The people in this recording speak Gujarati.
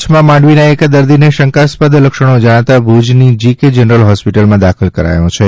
કચ્છમાં માંડવીના એક દર્દીને શંકાસ્પદ લક્ષણો જણાતાં ભૂજની જીકે જનરલ હોસ્પિટલમાં દાખલ કરાયો છે